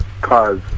cause